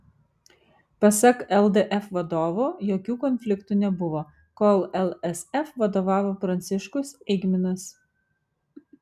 pasak ldf vadovo jokių konfliktų nebuvo kol lsf vadovavo pranciškus eigminas